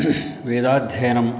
वेदाध्ययनं